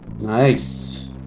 Nice